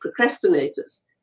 procrastinators